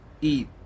eat